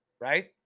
right